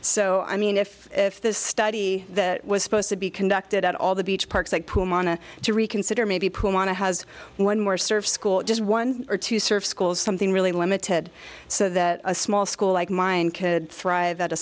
so i mean if if this study that was supposed to be conducted at all the beach parks like pool mana to reconsider maybe put on a has one more service school just one or two serve schools something really limited so that a small school like mine could thrive at a